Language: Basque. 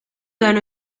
joan